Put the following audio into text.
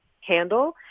handle